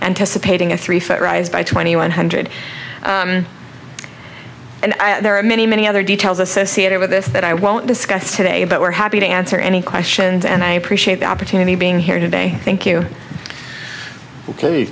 anticipating a three foot rise by twenty one hundred and there are many many other details associated with this that i won't discuss today but we're happy to answer any questions and i appreciate the opportunity being here today thank you